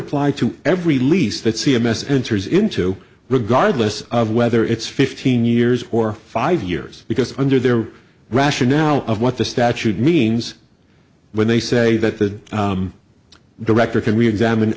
apply to every lease that c m s enters into regardless of whether it's fifteen years or five years because under their rationale of what the statute means when they say that the director can be examined